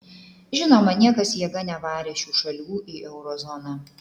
žinoma niekas jėga nevarė šių šalių į euro zoną